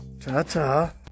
Ta-ta